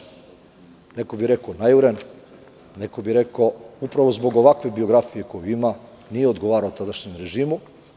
Neko bi rekao – najuren, upravo zbog ovakve biografije koju ima nije odgovarao tadašnjem režimu.